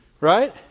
right